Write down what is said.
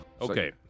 Okay